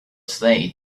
they